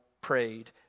prayed